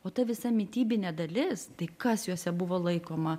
o ta visa mitybinė dalis tai kas juose buvo laikoma